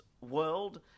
world